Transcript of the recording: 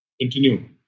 continue